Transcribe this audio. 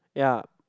ya